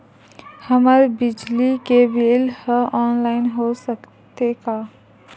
हमर बिजली के बिल ह ऑनलाइन हो सकत हे?